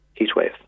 heatwave